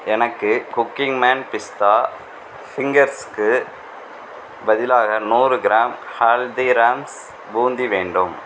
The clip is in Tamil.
எனக்கு குக்கீமேன் பிஸ்தா ஃபிங்கர்ஸுக்கு பதிலாக நூறு கிராம் ஹல்திராம்ஸ் பூந்தி வேண்டும்